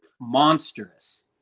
monstrous